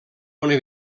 una